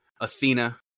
Athena